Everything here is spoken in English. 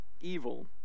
evil